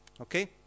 Okay